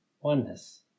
oneness